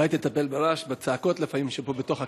אולי תטפל ברעש, בצעקות לפעמים פה בתוך הכנסת.